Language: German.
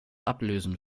ablösen